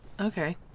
okay